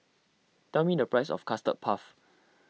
tell me the price of Custard Puff